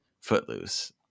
footloose